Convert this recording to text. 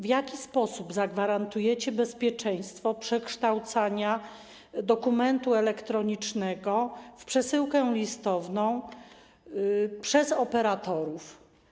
W jaki sposób zagwarantujecie bezpieczeństwo przekształcania dokumentu elektronicznego w przesyłkę listową przez operatorów?